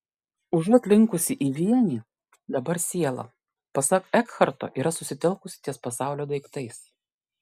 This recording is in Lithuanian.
užuot linkusi į vienį dabar siela pasak ekharto yra susitelkusi ties pasaulio daiktais